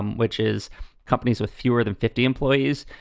um which is companies with fewer than fifty employees,